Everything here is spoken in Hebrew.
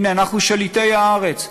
הנה, אנחנו שליטי הארץ.